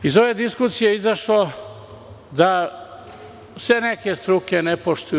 Iz ove diskusije izašlo je da se neke struke ne poštuju.